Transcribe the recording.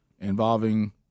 involving